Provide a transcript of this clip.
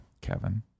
Kevin